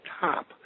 top